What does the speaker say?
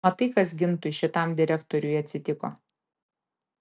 matai kas gintui šitam direktoriui atsitiko